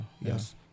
Yes